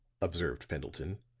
observed pendleton,